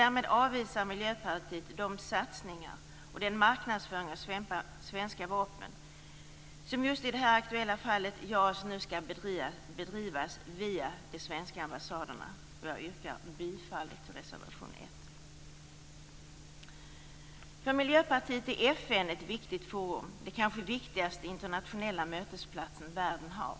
Därmed avvisar Miljöpartiet de satsningar och den marknadsföring av svenska vapen - som just i det aktuella fallet med JAS - skall bedrivas via de svenska ambassaderna. Jag yrkar bifall till reservation 1. För Miljöpartiet är FN ett viktigt forum. Det är den kanske viktigaste internationella mötesplatsen världen har.